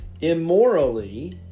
immorally